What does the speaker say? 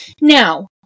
Now